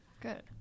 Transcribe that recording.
Good